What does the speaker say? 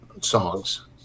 songs